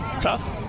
tough